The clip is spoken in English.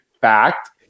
Fact